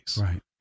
Right